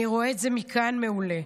אני רואה את זה מכאן מעולה.